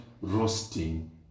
roasting